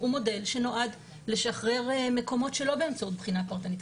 הוא מודל שנועד לשחרר מקומות שלא באמצעות בחינה פרטנית.